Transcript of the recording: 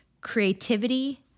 creativity